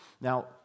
Now